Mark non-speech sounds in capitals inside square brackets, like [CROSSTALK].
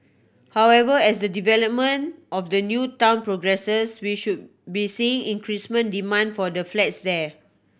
however as the development of the new town progresses we should be seeing [UNINTELLIGIBLE] demand for the flats there